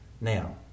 Now